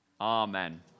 amen